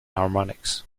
harmonics